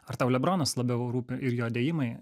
ar tau lebronas labiau rūpi ir jo dėjimai